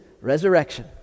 resurrection